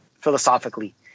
philosophically